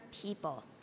people